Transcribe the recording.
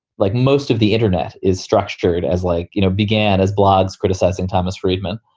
like most of the internet, is structured as like, you know, began as blogs criticizing thomas friedman.